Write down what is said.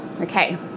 okay